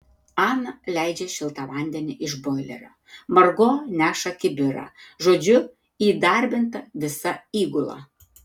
ana leidžia šiltą vandenį iš boilerio margo neša kibirą žodžiu įdarbinta visa įgula